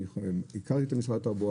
אני מכיר את משרד התחבורה,